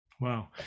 Wow